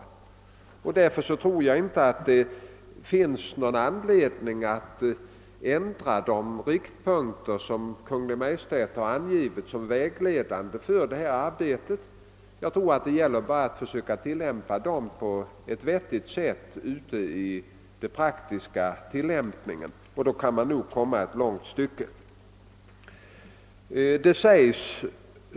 Därför tror jag inte att det finns någon anledning att ändra de riktpunkter som Kungl. Maj:t har angivit som vägledande för detta arbete. Det gäller bara att försöka tillämpa dem på ett vettigt sätt, så kan man nog nå ganska långt.